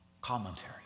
commentary